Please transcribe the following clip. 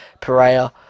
Pereira